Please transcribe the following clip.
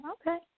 okay